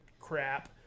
crap